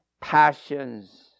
passions